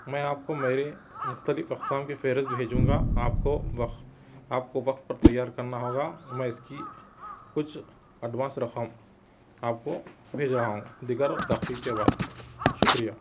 میں آپ کو میرے مختلف اقسام کی فہرست بھیجوں گا آپ کو وقت آپ کو وقت پر تیار کرنا ہوگا میں اس کی کچھ اڈوانس رقم آپ کو بھیج رہا ہوں دیگر تقریب کے بعد شکریہ